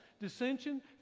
dissension